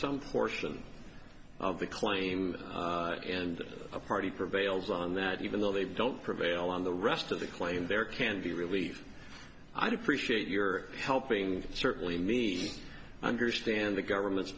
some portion of the claim and a party prevails on that even though they don't prevail on the rest of the claim there can be relief i do appreciate your helping certainly me understand the government's